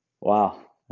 Wow